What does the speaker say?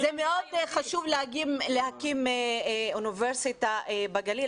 זה מאוד חשוב להקים אוניברסיטה בגליל,